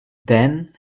then